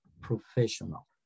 professional